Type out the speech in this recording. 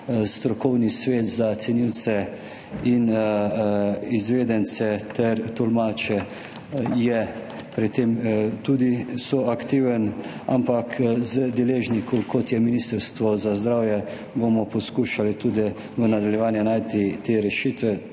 strokovni svet za cenilce in izvedence ter tolmače je pri tem tudi soaktiven, ampak z deležniki, kot je Ministrstvo za zdravje, bomo poskušali tudi v nadaljevanju najti rešitve,